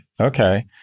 okay